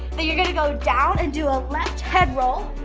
but you're going to go down and do a left head roll,